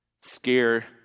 scare